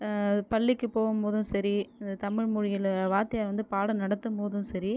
பள்ளிக்கு போகும் போதும் சரி இந்த தமிழ் மொழியில் வாத்தியார் வந்து பாடம் நடத்தும் போதும் சரி